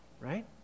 right